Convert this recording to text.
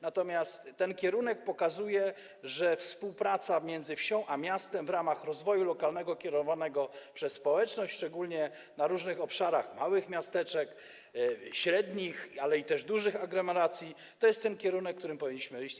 Natomiast ten kierunek pokazuje, że współpraca między wsią a miastem w ramach rozwoju lokalnego kierowanego przez społeczność, szczególnie na różnych obszarach małych miasteczek, średnich, ale też dużych aglomeracji, to jest ten kierunek, w którym powinniśmy iść.